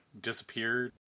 disappeared